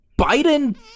Biden